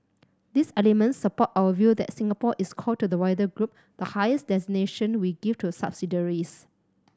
these elements support our view that Singapore is core to the wider group the highest designation we give to subsidiaries